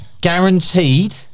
Guaranteed